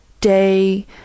day